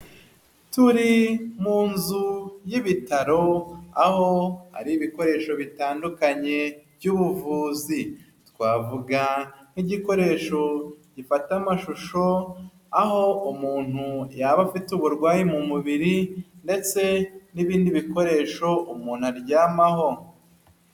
Turi mu inzu y'ibitaro aho hari ibikoresho bitandukanye by'ubuvuzi twavuga nk'igikoresho gifata amashusho aho umuntu yaba afite uburwayi mu mubiri ndetse n'ibindi bikoresho umuntu aryamaho.